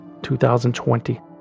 2020